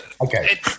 Okay